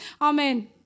Amen